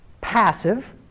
passive